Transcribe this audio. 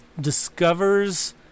discovers